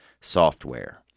software